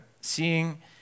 seeing